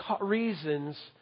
reasons